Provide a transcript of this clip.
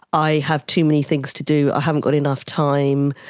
i have too many things to do, i haven't got enough time',